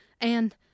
and